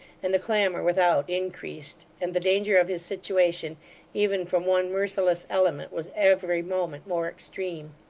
and the clamour without increased, and the danger of his situation even from one merciless element was every moment more extreme